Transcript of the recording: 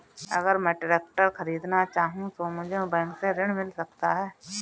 अगर मैं ट्रैक्टर खरीदना चाहूं तो मुझे बैंक से ऋण मिल सकता है?